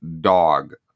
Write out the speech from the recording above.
dog